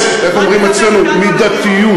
יש, איך אומרים אצלנו, מידתיות.